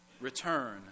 return